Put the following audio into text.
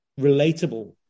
relatable